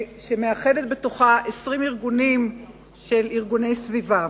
שמאחדת בתוכה 20 ארגוני סביבה.